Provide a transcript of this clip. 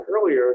earlier